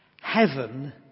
Heaven